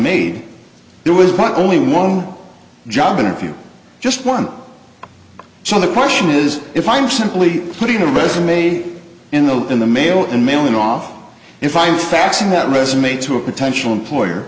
made it was my only one job interview just one so the question is if i'm simply putting a resume in the in the mail and mailing off if i'm faxing that resume to a potential employer